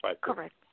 correct